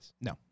No